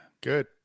Good